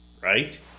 right